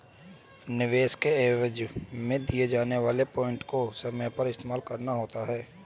निवेश के एवज में दिए जाने वाले पॉइंट को समय पर इस्तेमाल करना होता है